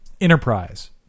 Enterprise